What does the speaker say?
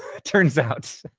it turns out.